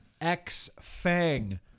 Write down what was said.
X-Fang